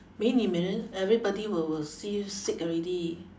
美女每人：mei nv mei ren everybody will will see sick already